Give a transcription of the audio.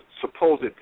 supposed